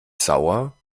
sauer